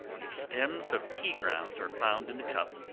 if stems of tea-grounds are found in the cup,